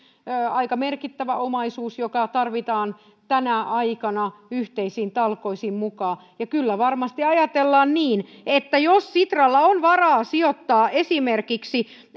aika merkittävä omaisuus joka tarvitaan tänä aikana yhteisiin talkoisiin mukaan ja kyllä varmasti ajatellaan niin että jos sitralla on varaa sijoittaa esimerkiksi